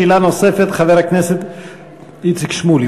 שאלה נוספת, חבר הכנסת איציק שמולי.